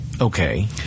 Okay